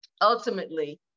ultimately